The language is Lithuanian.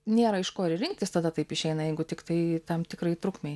nėra iš ko ir rinktis tada taip išeina jeigu tiktai tam tikrai trukmei